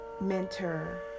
Mentor